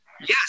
Yes